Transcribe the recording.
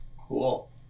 Cool